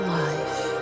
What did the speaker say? life